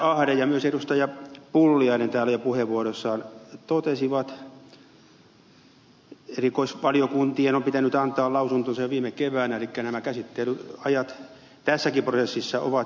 pulliainen täällä jo puheenvuoroissaan totesivat erikoisvaliokuntien on pitänyt antaa lausuntonsa jo viime keväänä elikkä nämä käsittelyajat tässäkin prosessissa ovat pitkät